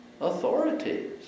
authorities